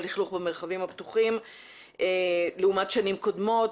בלכלוך במרחבים הפתוחים לעומת שנים קודמות,